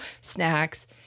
snacks